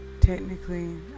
Technically